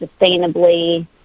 sustainably